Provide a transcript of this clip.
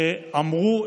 שאמרו,